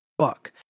fuck